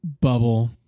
bubble